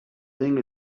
thing